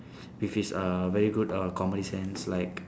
with his uh very good uh comedy sense like